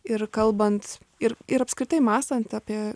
ir kalbant ir ir apskritai mąstant apie